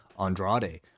Andrade